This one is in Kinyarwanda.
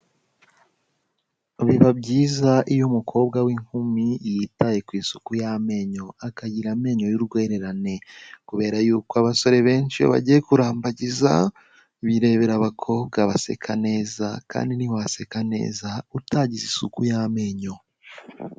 Biba byiza iyo umukobwa w'inkumi yitaye ku isuku y'amenyo akagira amenyo y'urwererane, kubera yuko abasore benshi iyo bagiye kurambagiza, birebera abakobwa baseka neza kandi ntiwaseka neza utagize isuku y'amenyo.